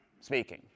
Speaking